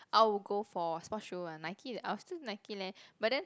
I'll go for sport shoe one Nike I'll still Nike leh but then